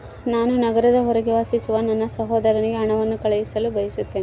ನಾನು ನಗರದ ಹೊರಗೆ ವಾಸಿಸುವ ನನ್ನ ಸಹೋದರನಿಗೆ ಹಣವನ್ನು ಕಳುಹಿಸಲು ಬಯಸುತ್ತೇನೆ